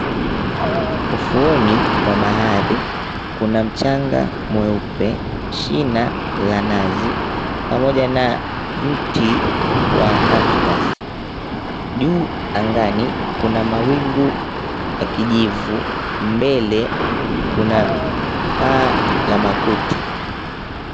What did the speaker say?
Ufuoni mwa bahari kuna mchanga mweupe, shina la nazi pamoja na mti wa cactus . Juu angani kuna mawingu ya kijivu, mbele kuna paa la makuti.